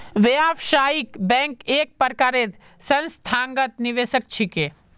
व्यावसायिक बैंक एक प्रकारेर संस्थागत निवेशक छिके